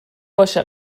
باشه